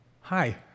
Hi